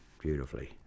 beautifully